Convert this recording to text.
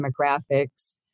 demographics